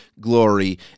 glory